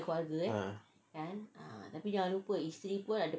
ah